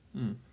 mm